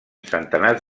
centenars